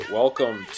welcome